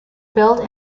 built